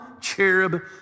cherub